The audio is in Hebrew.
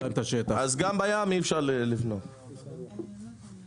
גם בים אי-אפשר לבנות כי רת"ג תפסו להם את השטח.